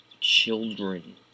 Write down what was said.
Children